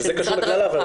שזה קשור לכלל העבירות?